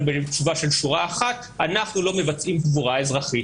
בתשובה של שורה אחת: אנחנו לא מבצעים קבורה אזרחית.